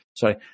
Sorry